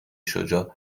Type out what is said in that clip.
شجاع